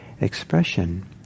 expression